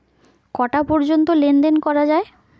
কটা পর্যন্ত লেন দেন করা য়ায়?